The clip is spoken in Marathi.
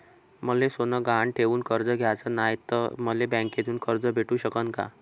मले सोनं गहान ठेवून कर्ज घ्याचं नाय, त मले बँकेमधून कर्ज भेटू शकन का?